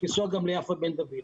לנסוע גם ליפה בן דוד,